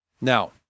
Now